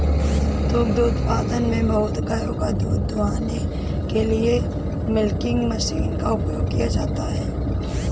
दुग्ध उत्पादन में बहुत गायों का दूध दूहने के लिए मिल्किंग मशीन का उपयोग किया जाता है